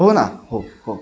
हो ना हो हो